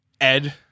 Ed